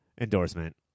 endorsement